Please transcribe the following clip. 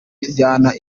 tujyana